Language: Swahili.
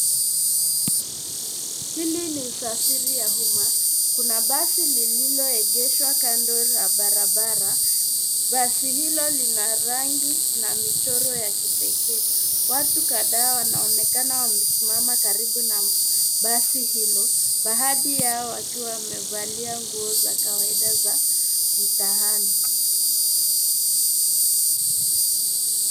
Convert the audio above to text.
Hili ni usafiri ya umma. Kuna basi lililoegeshwa kando la barabara. Basi hilo lina rangi na michoro ya kipekee. Watu kadhaa wanaonekana wamesimama karibu na basi hilo, baadhi yao wakiwa wamevalia nguo za kawaida za mtaani.